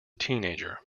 teenager